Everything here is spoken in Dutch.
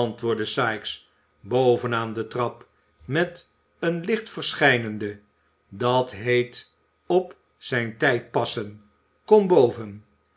antwoordde sikes boven aan de trap met een licht verschijnende dat heet op zijn tijd passen kom boven